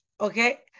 okay